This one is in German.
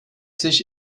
sich